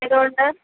ഇതു കൊണ്ട്